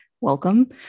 welcome